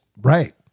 Right